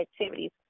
activities